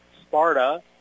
Sparta